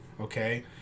okay